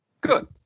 Good